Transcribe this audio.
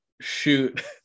shoot